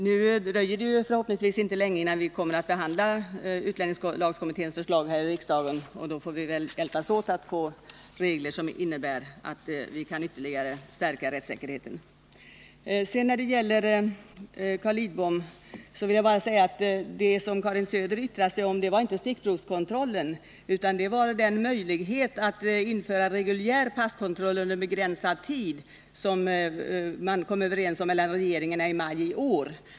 Nu dröjer det förhoppningsvis inte länge innan vi i riksdagen kommer att behandla utlänningslagkommitténs förslag, och då får vi hjälpas åt att skapa regler som ytterligare stärker rättssäkerheten. Vad Karin Söder yttrade sig om, Carl Lidbom, var inte stickprovskontrollen utan den möjlighet att införa reguljär passkontroll under begränsad tid som man kom överens om mellan regeringarna i maj i år.